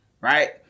Right